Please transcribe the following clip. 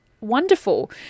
wonderful